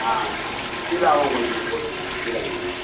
ஆ ஷீலாவும் கொஞ்சம் போட்டுருங்க ஷீலா மீன்